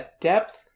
depth